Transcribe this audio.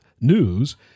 News